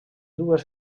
dues